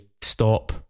stop